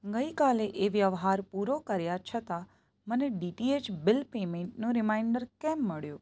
ગઈકાલે એ વ્યવહાર પૂરો કર્યાં છતાં મને ડીટીએચ બિલ પેમેંટનું રીમાઈન્ડર કેમ મળ્યું